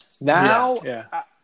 Now